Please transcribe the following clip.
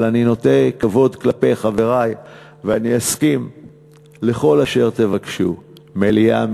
אבל אני נוטה כבוד כלפי חברי ואני אסכים לכל אשר תבקשו: מליאה,